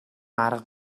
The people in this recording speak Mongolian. арга